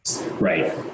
Right